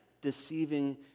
deceiving